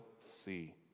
see